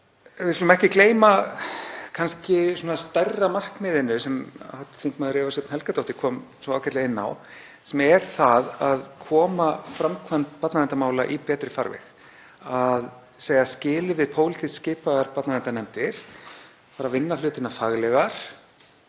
við skulum ekki gleyma kannski stærra markmiðinu sem hv. þm. Eva Sjöfn Helgadóttir kom svo ágætlega inn á, sem er það að koma framkvæmd barnaverndarmála í betri farveg, að segja skilið við pólitískt skipaðar barnaverndarnefndir, fara að vinna hlutina faglegar